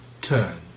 turn